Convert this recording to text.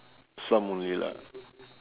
some only lah